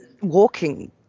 walking